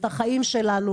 את החיים שלנו,